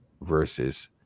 versus